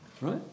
Right